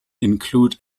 include